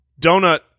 donut